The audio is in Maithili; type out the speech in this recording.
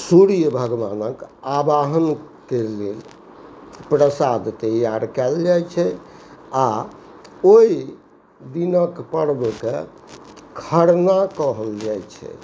सूर्य भगवानके आवाहनके लेल प्रसाद तैआर कएल जाइ छै आओर ओहि दिनके पर्वके खरना कहल जाइ छै